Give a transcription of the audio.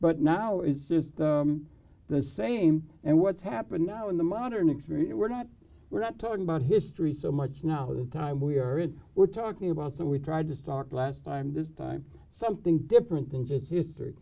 but now it's just the same and what's happened now in the modern experience we're not we're not talking about history so much now the time we are in we're talking about so we tried to talk last time this time something different than just history